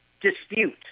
dispute